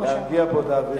להרגיע פה את האווירה.